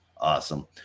Awesome